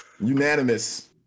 Unanimous